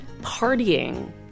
partying